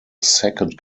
second